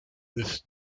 this